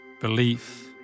belief